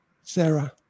Sarah